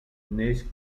neix